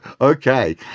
okay